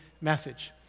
message